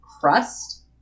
crust